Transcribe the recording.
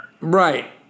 Right